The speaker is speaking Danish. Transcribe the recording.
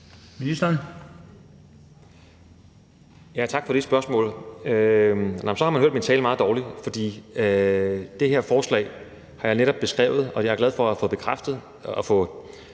Tak for det spørgsmål. Nå, men så har man hørt min tale meget dårligt, fordi det her forslag har jeg netop beskrevet, og jeg er glad for at have fået den